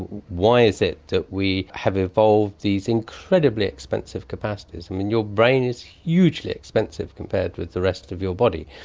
why is it that we have evolved these incredibly expensive capacities? i mean, your brain is hugely expensive compared with the rest of your body.